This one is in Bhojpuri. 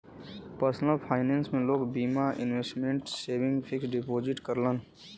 पर्सलन फाइनेंस में लोग बीमा, इन्वेसमटमेंट, सेविंग, फिक्स डिपोजिट करलन